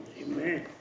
Amen